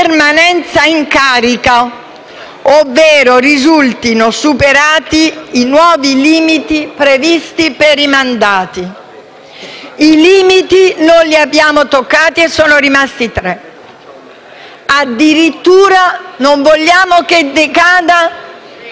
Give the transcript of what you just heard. permanenza in carica ovvero risultino superati i nuovi limiti previsti per i mandati». Non abbiamo toccato i limiti, sono rimasti tre e addirittura non vogliamo che decada